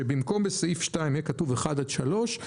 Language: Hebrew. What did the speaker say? שבמקום שבסעיף 2 יהיה כתוב אחד עד שלוש,